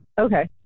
okay